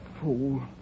fool